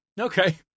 Okay